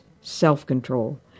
self-control